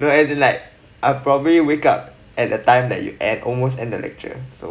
no as in like I probably wake up at a time that you at almost end the lecture so